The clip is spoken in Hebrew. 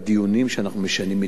שאנחנו משנים מדיניות,